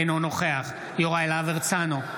אינו נוכח יוראי להב הרצנו,